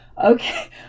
okay